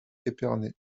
épernay